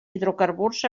hidrocarburs